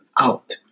out